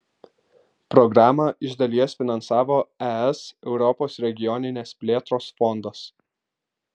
programą iš dalies finansavo es europos regioninės plėtros fondas